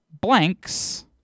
blanks